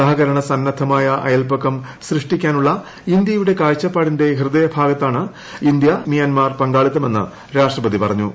സഹകരണ സന്നദ്ധമായ അയൽപക്കം സൃഷ്ടിക്കാനുള്ള ഇന്ത്യയുടെ കാഴ്ചപ്പാടിന്റെ ഹൃദയഭാഗത്താണ് ഇന്ത്യമ്യാൻമർ പങ്കാളിത്തമെന്ന് രാഷ്ട്രപതി പറഞ്ഞു